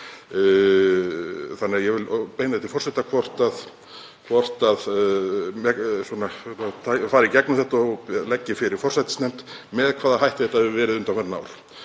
nefndar. Ég vil beina því til forseta að fara í gegnum þetta og leggja fyrir forsætisnefnd með hvaða hætti þetta hefur verið undanfarin ár.